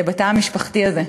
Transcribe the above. בתא המשפחתי הזה.